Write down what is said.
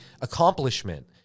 accomplishment